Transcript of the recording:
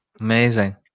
Amazing